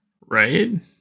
right